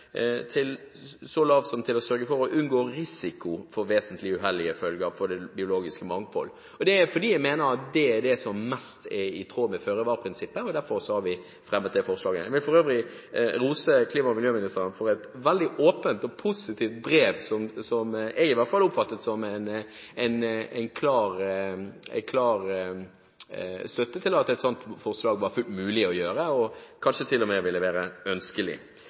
terskelen så lavt som til å sørge for «å unngå risiko for vesentlige uheldige følger for det biologiske mangfold». Det er fordi jeg mener at det er mest i tråd med føre-var-prinsippet. Derfor fremmet vi det forslaget. Jeg vil for øvrig rose klima- og miljøministeren for et veldig åpent og positivt brev, som i hvert fall jeg oppfattet som en klar støtte til at et sånt forslag var fullt mulig å sette fram, og kanskje var det til og med ønskelig.